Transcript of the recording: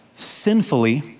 Sinfully